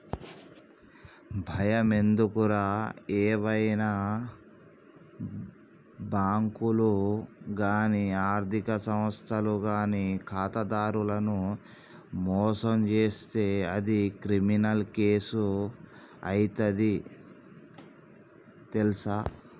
బయమెందుకురా ఏవైనా బాంకులు గానీ ఆర్థిక సంస్థలు గానీ ఖాతాదారులను మోసం జేస్తే అది క్రిమినల్ కేసు అయితది తెల్సా